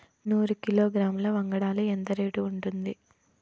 నూరు కిలోగ్రాముల వంగడాలు ఎంత రేటు ఉంటుంది?